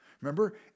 Remember